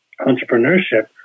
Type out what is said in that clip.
entrepreneurship